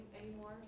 anymore